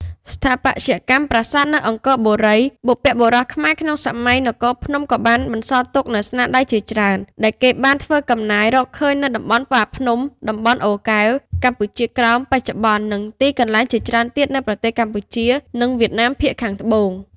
ស្ថាបត្យកម្មប្រាសាទនៅអង្គរបុរី បុព្វបុរសខ្មែរក្នុងសម័យនគរភ្នំក៏បានបន្សល់ទុកនូវស្នាដៃជាច្រើន ដែលគេបានធ្វើកំណាយរកឃើញនៅតំបន់បាភ្នំ តំបន់អូរកែវ កម្ពុជាក្រោមបច្ចុប្បន្ន និងទីកន្លែងជាច្រើនទៀតនៅប្រទេសកម្ពុជា និងវៀតណាមភាគខាងត្បូង។